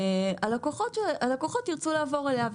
אז הלקוחות ירצו לעבור אליה,